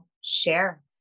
share